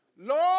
Lord